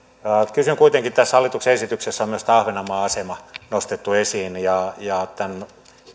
kysyn kuitenkin kun tässä hallituksen esityksessä on myös tämä ahvenanmaan asema nostettu esiin ja ja tämän